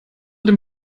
dem